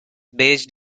based